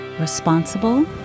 responsible